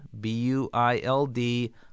B-U-I-L-D